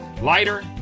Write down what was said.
Lighter